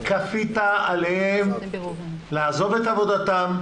כפית עליהם לעזוב את עבודתם?